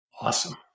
Awesome